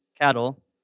cattle